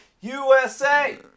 USA